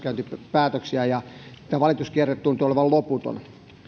oikeudenkäyntipäätöksiä ja tämä valituskierre tuntuu olevan loputon